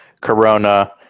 Corona